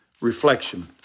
Reflection